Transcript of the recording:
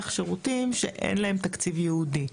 את השירותים אלה כשאין להם תקציבי ייעודי,